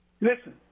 Listen